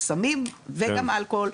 סמים וגם אלכוהול,